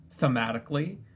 thematically